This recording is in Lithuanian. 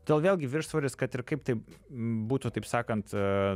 todėl vėlgi viršsvoris kad ir kaip tai būtų taip sakant